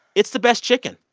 it's the best chicken.